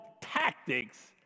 tactics